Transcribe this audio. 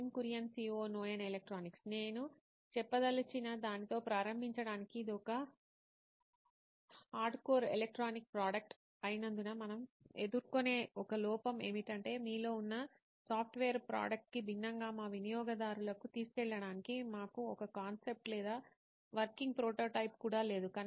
Nitin Kurien COO నోయిన్ electronics నేను చెప్పదలిచిన దానితో ప్రారంభించడానికి ఇది ఒక హార్డ్కోర్ ఎలక్ట్రానిక్ ప్రోడక్ట్ అయినందున మనం ఎదుర్కొనే ఒక లోపం ఏమిటంటే మీలో ఉన్న సాఫ్ట్వేర్ ప్రోడక్ట్ కి భిన్నంగా మా వినియోగదారులకు తీసుకెళ్లడానికి మాకు ఒక కాన్సెప్ట్ లేదా వర్కింగ్ ప్రోటోటైప్ కూడా లేదు